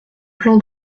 plan